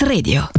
Radio